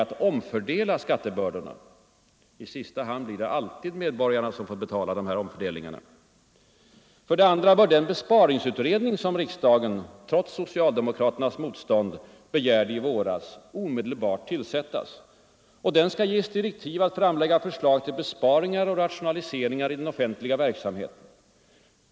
Skatteutredningen skall ges i uppdrag att framlägga en plan för skattesänkningar, inte — som hittills — bara syssla med Allmänpolitisk För det andra bör den besparingsutredning som riksdagen — trots sodebatt cialdemokraternas motstånd — begärde i våras omedelbart tillsättas. Den skall ges direktiv att framlägga förslag till besparingar och rationaliseringar i den offentliga verksamheten.